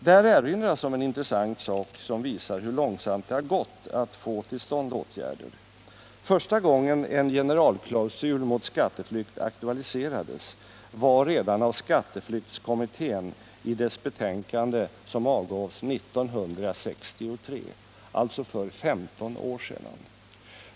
Där erinras om en intressant sak, som visar hur långsamt det har gått att få till stånd åtgärder. Första gången en generalklausul mot skatteflykt aktualiserades var redan när skatteflyktskommittén avgav sitt betänkande 1963, alltså för 15 år sedan.